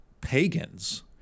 pagans